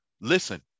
Listen